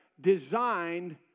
designed